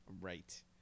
right